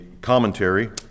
commentary